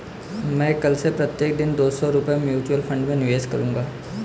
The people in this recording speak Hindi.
मैं कल से प्रत्येक दिन दो सौ रुपए म्यूचुअल फ़ंड में निवेश करूंगा